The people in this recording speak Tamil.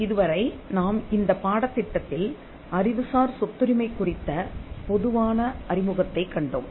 இதுவரை நாம் இந்தப் பாடத்திட்டத்தில்அறிவுசார் சொத்துரிமை குறித்த பொதுவான அறிமுகத்தைக் கண்டோம்